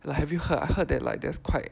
like have you heard I heard that like there's quite